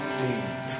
deep